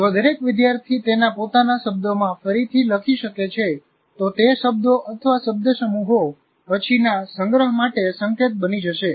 જો દરેક વિદ્યાર્થી તેના પોતાના શબ્દોમાં ફરીથી લખી શકે છે તો તે શબ્દોશબ્દસમૂહો પછીના સંગ્રહ માટે સંકેત બની જશે